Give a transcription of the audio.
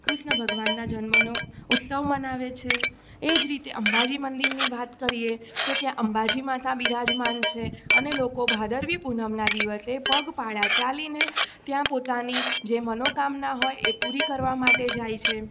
કૃષ્ણ ભગવાનના જન્મનો ઉત્સવ મનાવે છે એ જ રીતે અંબાજી મંદિરની વાત કરીએ તો ત્યાં અંબાજી માતા બિરાજમાન છે અને લોકો ભાદરવી પૂનમના દિવસે પગપાળા ચાલીને ત્યાં પોતાની જે મનોકામના હોય એ પૂરી કરવા માટે જાય છે